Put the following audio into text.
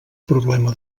problema